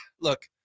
look